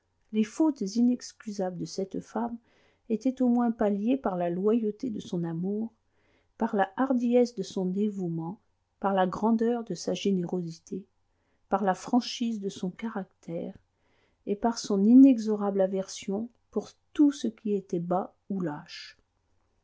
les fautes inexcusables de cette femme étaient au moins palliées par la loyauté de son amour par la hardiesse de son dévouement par la grandeur de sa générosité par la franchise de son caractère et par son inexorable aversion pour tout ce qui était bas ou lâche